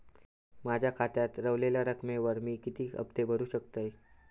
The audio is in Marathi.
माझ्या खात्यात रव्हलेल्या रकमेवर मी किती हफ्ते भरू शकतय?